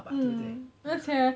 mm 而且